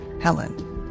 Helen